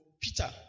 Peter